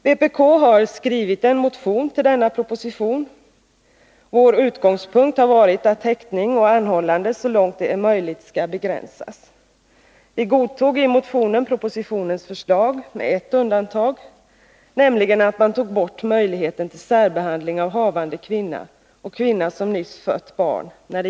Vpk har skrivit en motion till denna proposition. Vår utgångspunkt har varit att häktning och anhållande så långt det är möjligt skall begränsas. Vi godtog i motionen propositionens förslag med ett undantag, nämligen att man tog bort möjligheten till särbehandling när det gäller häktning av havande kvinna och kvinna som nyss fött barn.